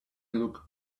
look